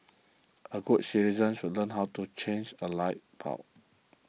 all good citizens should learn how to change a light bulb